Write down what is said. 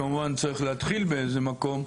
כמובן צריך להתחיל באיזה מקום.